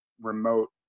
remote